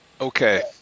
Okay